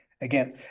again